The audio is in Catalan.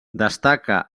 destaca